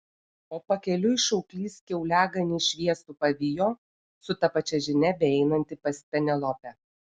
o pakeliui šauklys kiauliaganį šviesų pavijo su ta pačia žinia beeinantį pas penelopę